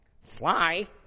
Sly